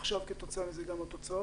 ועכשיו כתוצאה מזה גם התוצאות,